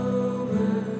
over